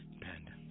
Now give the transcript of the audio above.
Panda